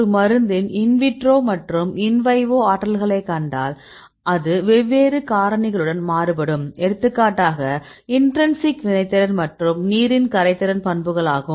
ஒரு மருந்தின் in vitro மற்றும் இன் விவோ ஆற்றல்களை கண்டால் அது வெவ்வேறு காரணிகளுடன் மாறுபடும் எடுத்துக்காட்டாகஇன்றின்சிக் வினைத்திறன் மற்றும் நீரின் கரைதிறன் பண்புகளாகும்